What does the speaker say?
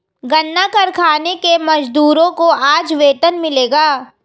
गन्ना कारखाने के मजदूरों को आज वेतन मिलेगा